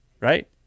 right